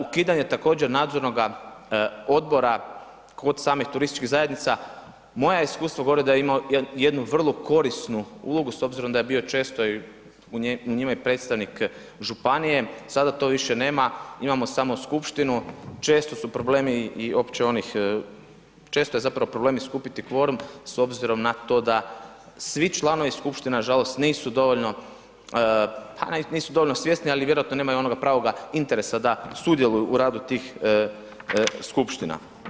Ukidanje također nadzornoga odbora kod samih turističkih zajednica, moje iskustvo govori da je imao jednu vrlo korisnu ulogu s obzirom da je bio često i u njime i predstavnik županije, sada to više nema, imamo samo skupštinu, često su problemi i opće onih, često je zapravo problem i skupiti kvorum s obzirom na to da svi članovi skupština nažalost nisu dovoljno svjesni, ali vjerojatno nemaju onoga pravoga interesa da sudjeluju u radu tih skupština.